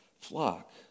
flock